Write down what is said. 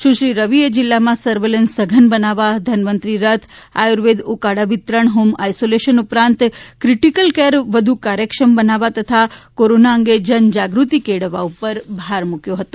સુશ્રી રવિએ જિલ્લામાં સર્વેલન્સ સઘન બનાવવા ધનવંતરી રથ આર્યુવેદ ઉકાળા વિતરણ હોમ આઇસોલેશન ઉપરાંત ક્રિટીકલ કેર વધુ કાર્યક્ષમ બનાવવા તથા કોરોના અંગે જનજાગૃતિ કેળવવા પર ભાર મૂક્યો હતો